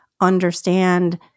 understand